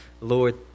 Lord